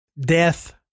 Death